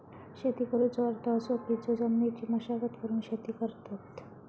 शेती करुचो अर्थ असो की जो जमिनीची मशागत करून शेती करतत